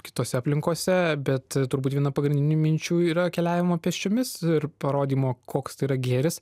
kitose aplinkose bet turbūt viena pagrindinių minčių yra keliavimo pėsčiomis ir parodymo koks yra gėris